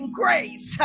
grace